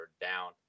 down